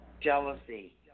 jealousy